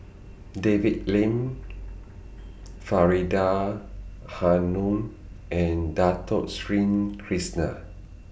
David Lim Faridah Hanum and Dato Sri Krishna